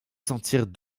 sentirent